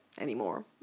anymore